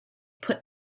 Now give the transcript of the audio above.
put